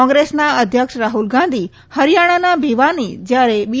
કોંગ્રેસના અધ્યક્ષ રાહુલ ગાંધી હરીયાણાના ભીવાની જ્યારે બી